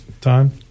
time